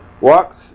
Walks